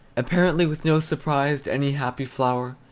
apparently with no surprise to any happy flower,